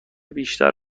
بیشتر